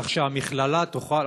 כך שהמכללה תוכל,